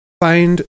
find